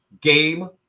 Game